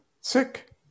sick